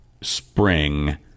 spring